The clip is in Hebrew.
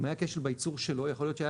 אם היה כשל בייצור שלו יכול להיות שהיה